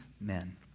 men